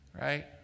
right